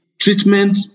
treatment